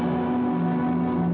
to